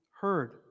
heard